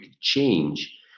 change